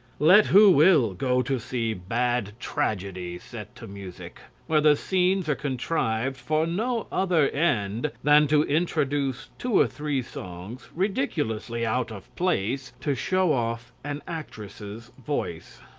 let who will go to see bad tragedies set to music, where the scenes are contrived for no other end than to introduce two or three songs ridiculously out of place, to show off an actress's voice.